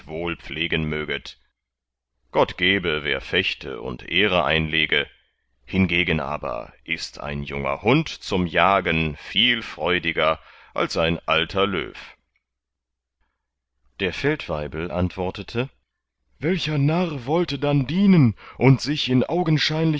pflegen möget gott gebe wer fechte und ehre einlege hingegen aber ist ein junger hund zum jagen viel freudiger als ein alter löw der feldwaibel antwortete welcher narr wollte dann dienen und sich in